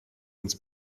uns